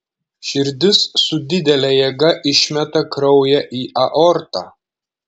širdis su didele jėga išmeta kraują į aortą